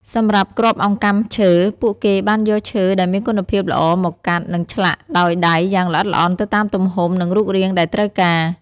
សម្រាប់ គ្រាប់អង្កាំឈើ ពួកគេបានយកឈើដែលមានគុណភាពល្អមកកាត់ និងឆ្លាក់ដោយដៃយ៉ាងល្អិតល្អន់ទៅតាមទំហំ និងរូបរាងដែលត្រូវការ។